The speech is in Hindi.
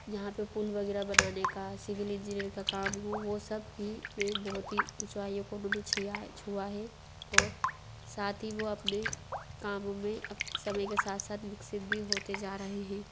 जहाँ पर पुल वगैरह बनाने का सिविल इंजीनियरिंग का काम हो वह सब की वे बहुत ही ऊँचाईयों को उन्होंने छुआ है छुआ है और साथ ही वह अपने कामों मे अब समय के साथ साथ विकसित भी होते जा रहे हैं